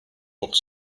pour